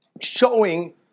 showing